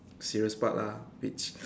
serious part lah which